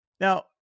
Now